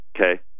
Okay